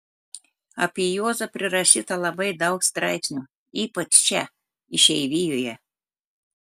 apie juozą prirašyta labai daug straipsnių ypač čia išeivijoje